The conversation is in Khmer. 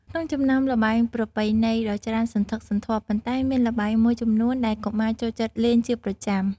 ក្នុងចំណោមល្បែងប្រពៃណីដ៏ច្រើនសន្ធឹកសន្ធាប់ ប៉ុន្តែមានល្បែងមួយចំនួនដែលកុមារចូលចិត្តលេងជាប្រចាំ។